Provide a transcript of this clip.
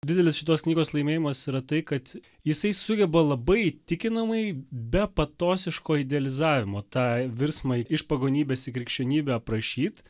didelis šitos knygos laimėjimas yra tai kad jisai sugeba labai įtikinamai be patosiško idealizavimo tą virsmą iš pagonybės į krikščionybę aprašyt